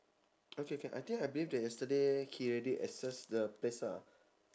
okay can I think I believe that yesterday he already assess the place ah